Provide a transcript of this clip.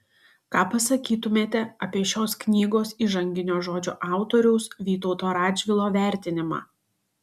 ką pasakytumėte apie šios knygos įžanginio žodžio autoriaus vytauto radžvilo vertinimą